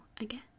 again